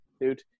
dude